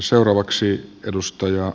arvoisa puhemies